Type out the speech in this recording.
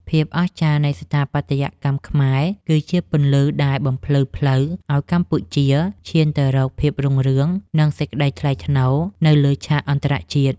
ភាពអស្ចារ្យនៃស្ថាបត្យកម្មខ្មែរគឺជាពន្លឺដែលបំភ្លឺផ្លូវឱ្យកម្ពុជាឈានទៅរកភាពរុងរឿង និង សេចក្តីថ្លៃថ្នូរនៅលើឆាកអន្តរជាតិ។